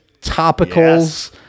Topicals